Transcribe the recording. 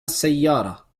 السيارة